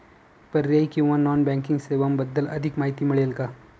पर्यायी किंवा non banking सेवांबद्दल अधिक माहिती मिळेल का?